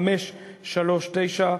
1539,